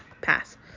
pass